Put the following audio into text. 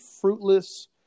fruitless